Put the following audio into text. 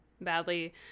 badly